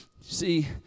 See